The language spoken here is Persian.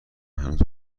هنوز